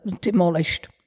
demolished